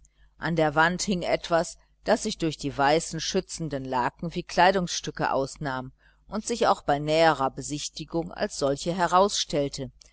an der wand hing etwas das sich durch die weißen schützenden laken wie kleidungsstücke ausnahm und sich auch bei näherer besichtigung als solche herausstellte